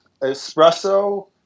espresso